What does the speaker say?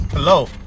hello